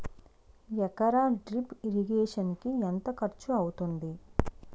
ఎకర drip irrigation కి ఎంత ఖర్చు అవుతుంది?